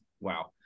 wow